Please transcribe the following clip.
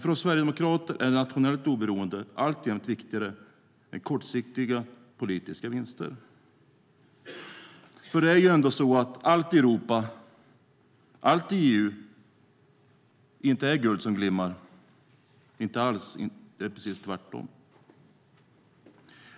För oss sverigedemokrater är dock nationellt oberoende alltjämt viktigare än kortsiktiga politiska vinster. Allt är inte guld som glimmar i EU, inte alls. Det är precis tvärtom.